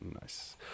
nice